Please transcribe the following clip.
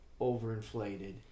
overinflated